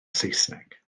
saesneg